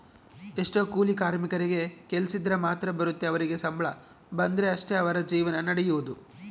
ಎಷ್ಟೊ ಕೂಲಿ ಕಾರ್ಮಿಕರಿಗೆ ಕೆಲ್ಸಿದ್ರ ಮಾತ್ರ ಬರುತ್ತೆ ಅವರಿಗೆ ಸಂಬಳ ಬಂದ್ರೆ ಅಷ್ಟೇ ಅವರ ಜೀವನ ನಡಿಯೊದು